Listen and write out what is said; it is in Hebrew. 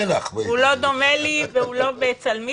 משתמשים